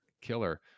killer